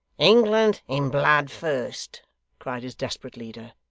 england in blood first cried his desperate leader.